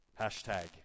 Hashtag